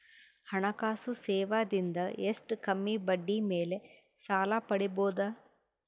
ಹಣಕಾಸು ಸೇವಾ ದಿಂದ ಎಷ್ಟ ಕಮ್ಮಿಬಡ್ಡಿ ಮೇಲ್ ಸಾಲ ಪಡಿಬೋದ?